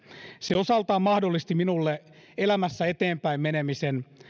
se osaltaan mahdollisti minulle elämässä eteenpäin menemisen